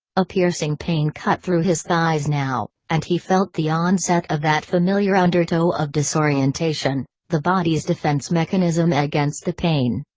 a piercing pain cut through his thighs now, and he felt the onset of that familiar undertow of disorientation the body's defense mechanism against the pain.